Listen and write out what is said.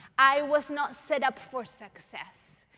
i was not set up for success.